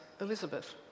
Elizabeth